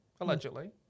Allegedly